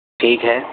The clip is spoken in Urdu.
ٹھیک ہے